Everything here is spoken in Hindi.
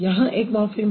यहाँ एक मॉर्फ़िम है